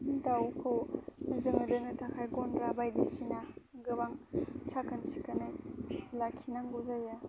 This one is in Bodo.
दावखौ जोङो दोननो थाखाय गन्द्रा बायदिसिना गोबां साखोन सिखोनै लाखिनांगौ जायो